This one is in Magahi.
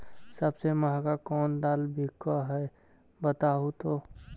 सबसे महंगा कोन दाल बिक है बताहु तो?